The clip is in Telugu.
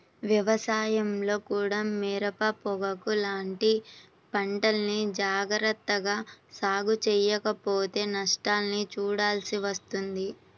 వ్యవసాయంలో కూడా మిరప, పొగాకు లాంటి పంటల్ని జాగర్తగా సాగు చెయ్యకపోతే నష్టాల్ని చూడాల్సి వస్తుంది